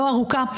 לא ארוכה,